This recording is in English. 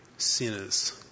sinners